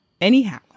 anyhow